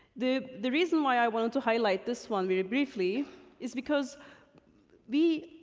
the the reason why i wanted to highlight this one very briefly is because we,